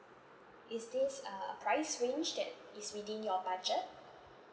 is this a price range that is within your budget